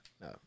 no